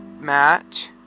match